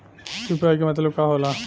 UPI के मतलब का होला?